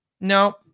No